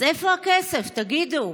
אז איפה הכסף, תגידו?